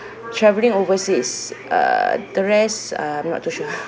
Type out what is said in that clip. travelling overseas uh the rest um not too sure